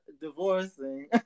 divorcing